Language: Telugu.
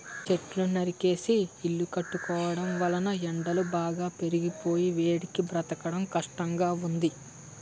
చెట్లను నరికేసి ఇల్లు కట్టుకోవడం వలన ఎండలు బాగా పెరిగిపోయి వేడికి బ్రతకడం కష్టంగా ఉంది